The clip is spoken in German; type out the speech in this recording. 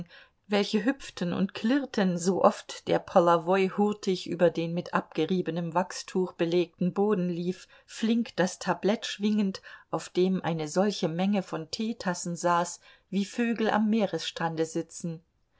welche hüpften und klirrten sooft der polowoi hurtig über den mit abgeriebenem wachstuch belegten boden lief flink das tablett schwingend auf dem eine solche menge von teetassen saß wie vögel am meeresstrande sitzen